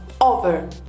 over